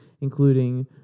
including